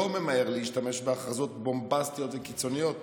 ממהר להשתמש בהכרזות בומבסטיות וקיצוניות